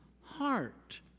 heart